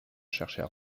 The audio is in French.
cherchait